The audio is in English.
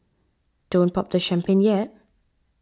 don't pop the champagne yet